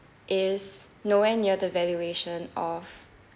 is nowhere near the valuation of